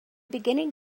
beginning